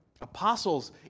Apostles